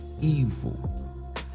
evil